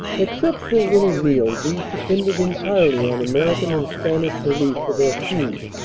except for a little meal, these depended entirely on american and spanish relief for their food,